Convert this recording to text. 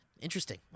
Interesting